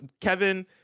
Kevin